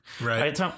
right